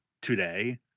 today